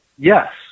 yes